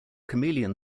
chameleon